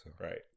Right